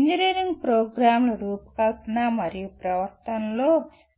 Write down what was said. engineering ప్రోగ్రామ్ల రూపకల్పన మరియు ప్రవర్తనలో